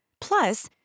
Plus